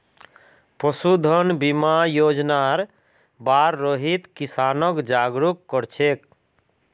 पशुधन बीमा योजनार बार रोहित किसानक जागरूक कर छेक